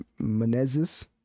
Menezes